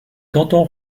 cantons